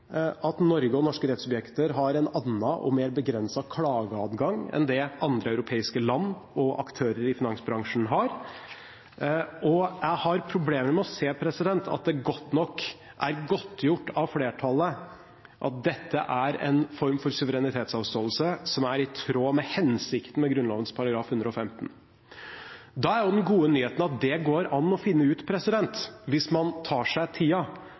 at Norge og norske rettssubjekter har en annen og mer begrenset klageadgang enn det andre europeiske land og aktører i finansbransjen har. Jeg har problemer med å se at det er godt nok godtgjort av flertallet at dette er en form for suverenitetsavståelse som er i tråd med hensikten med Grunnloven § 115. Da er den gode nyheten at det går det an å finne ut hvis man tar seg